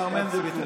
מר מנדלבליט,